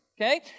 okay